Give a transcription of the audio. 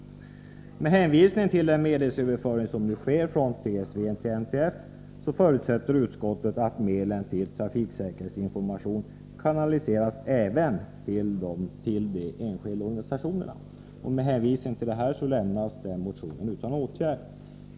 Med hänvisning till den medelsöverföring som nu sker från TSV till NTF förutsätter utskottet att medlen till trafiksäkerhetsinformation kanaliseras även till de enskilda organisationerna. Med hänvisning till detta lämnas motionen utan åtgärd.